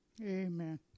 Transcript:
Amen